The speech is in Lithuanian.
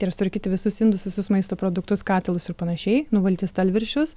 ir sutvarkyti visus indus visus maisto produktus katilus ir panašiai nuvalyti stalviršius